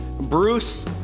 Bruce